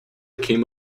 came